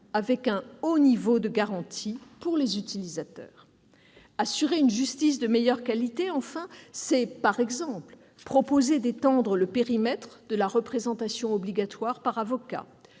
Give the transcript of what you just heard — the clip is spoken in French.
avec un haut niveau de garanties pour les utilisateurs. Assurer une justice de meilleure qualité, c'est par exemple proposer d'étendre le périmètre de la représentation obligatoire par avocat.